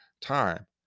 time